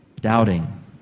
doubting